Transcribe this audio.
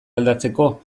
aldatzeko